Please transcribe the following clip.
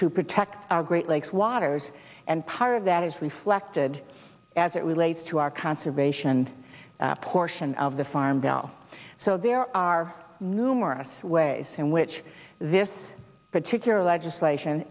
protect our great lakes waters and part of that is reflected as it relates to our conservation and a portion of the farm bill so there are numerous ways in which this particular legislation